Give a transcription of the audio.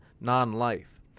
non-life